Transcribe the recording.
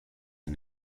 and